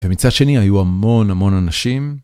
ומצד שני היו המון המון אנשים.